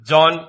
John